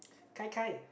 gai-gai